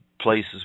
places